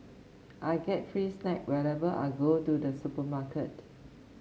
I get free snack whenever I go to the supermarket